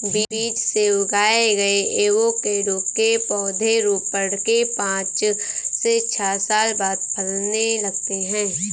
बीज से उगाए गए एवोकैडो के पौधे रोपण के पांच से छह साल बाद फलने लगते हैं